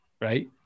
right